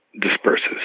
disperses